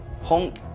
Punk